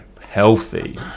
healthy